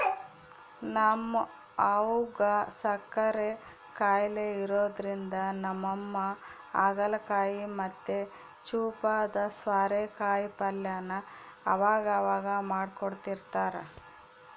ನಮ್ ಅವ್ವುಗ್ ಸಕ್ಕರೆ ಖಾಯಿಲೆ ಇರೋದ್ರಿಂದ ನಮ್ಮಮ್ಮ ಹಾಗಲಕಾಯಿ ಮತ್ತೆ ಚೂಪಾದ ಸ್ವಾರೆಕಾಯಿ ಪಲ್ಯನ ಅವಗವಾಗ ಮಾಡ್ಕೊಡ್ತಿರ್ತಾರ